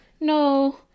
no